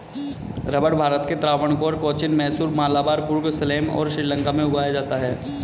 रबड़ भारत के त्रावणकोर, कोचीन, मैसूर, मलाबार, कुर्ग, सलेम और श्रीलंका में उगाया जाता है